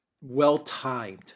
well-timed